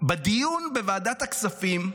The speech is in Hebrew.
בדיון בוועדת הכספים,